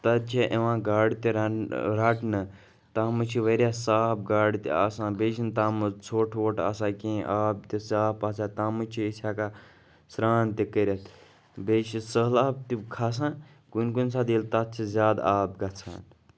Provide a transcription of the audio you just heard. تَتھ چھےٚ یِوان گاڈٕ تہِ رن رَٹنہٕ تَتھ منٛز چھِ واریاہ صاف گاڈٕ تہِ آسان بیٚیہِ چھِنہٕ تَتھ منٛز ژھۄٹھ وۄٹھ آسان کِہیٖنۍ آب تہِ صاف آسان تَتھ منٛز چھِ أسۍ ہیٚکان سرٛان تہِ کٔرِتھ بیٚیہِ چھِ سٔہلاب تہِ کھَسان کُنہِ کُنہِ ساتہٕ ییٚلہِ تَتھ چھِ زیادٕ آب گژھان